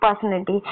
personality